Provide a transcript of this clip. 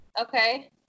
Okay